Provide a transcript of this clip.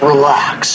Relax